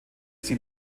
sie